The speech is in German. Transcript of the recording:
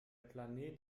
planet